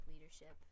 leadership